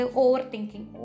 overthinking